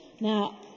Now